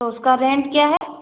उसका रेंट क्या है